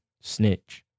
snitch